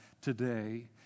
today